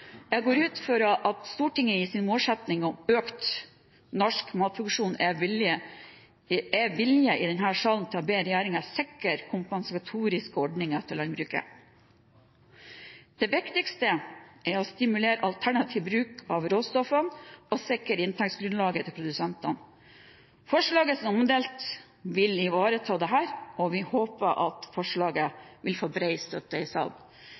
Jeg går ut fra at det med Stortingets målsetting om økt norsk matproduksjon er vilje i denne salen til å be regjeringen sikre kompensatoriske ordninger for landbruket. Det viktigste er å stimulere til alternativ bruk av råstoffene og sikre inntektsgrunnlaget til produsentene. Forslaget som er omdelt, vil ivareta dette, og vi håper at forslaget vil få bred støtte i